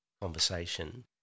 conversation